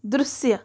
दृश्य